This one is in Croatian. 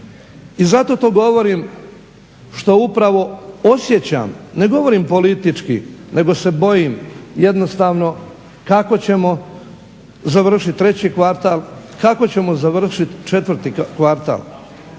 i zato to govorim što upravo osjećam, ne govorim politički, nego se bojim jednostavno kako ćemo završiti treći kvartal, kako ćemo završiti četvrti kvartal.